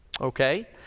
Okay